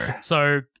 So-